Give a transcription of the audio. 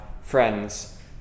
friends